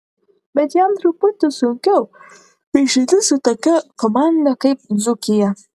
bet jam truputį sunkiau kai žaidi su tokia komanda kaip dzūkija